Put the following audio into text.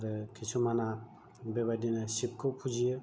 आरो खायसेआ बेबायदिनो शिबखौ फुजियो